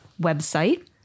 website